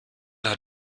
hat